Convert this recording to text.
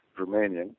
Romanian